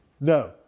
No